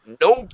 nope